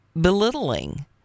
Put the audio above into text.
belittling